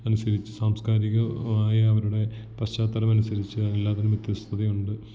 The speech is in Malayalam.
അനുസരിച്ച് സാംസ്കാരികവായ അവരുടെ പശ്ചാത്തലമനുസരിച്ച് എല്ലാത്തിനും വെ വ്യത്യസ്തത ഉണ്ട്